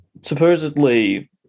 Supposedly